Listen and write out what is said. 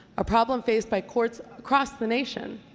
a problem faced by courts across the nation.